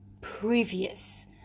previous